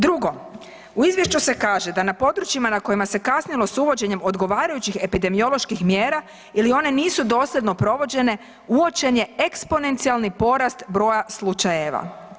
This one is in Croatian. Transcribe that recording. Drugo u izvješću se kaže da na području na kojima se kasnilo s uvođenjem odgovarajućih epidemioloških mjera ili one nisu dosljedno provođene uočen je eksponencijalan porast broja slučajeva.